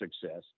success